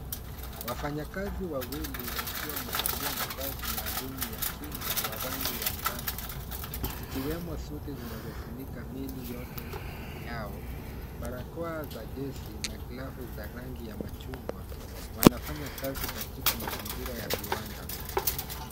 Wafanyakazi wawili wakiwa wamevalia mavazi maalumu ya kinga ya rangi ya njano, ikiwemo suti zinazofunika mili yote yao, barakoa za gesi na glavu za rangi ya machungwa, wanafanya kazi katika mazingira ya viwanda.